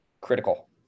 critical